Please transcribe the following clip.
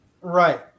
Right